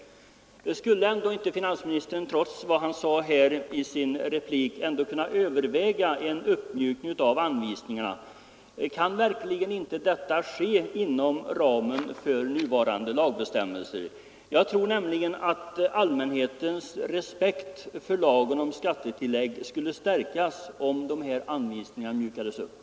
Skulle ändå inte finansministern, trots vad han sade i sitt senaste anförande, kunna överväga en uppmjukning av anvisningarna? Kan detta verkligen inte ske inom ramen för nuvarande lagbestämmelser? Jag tror att allmänhetens respekt för lagen om skattetillägg skulle stärkas om dessa anvisningar mjukades upp.